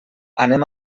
anem